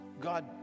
God